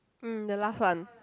mm the last one